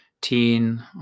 teen